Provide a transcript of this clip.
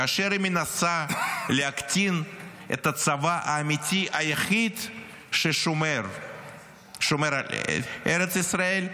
כאשר היא מנסה להקטין את הצבא האמיתי היחיד ששומר על ארץ ישראל,